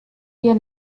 ihr